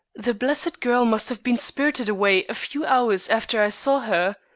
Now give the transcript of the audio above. the blessed girl must have been spirited away a few hours after i saw her.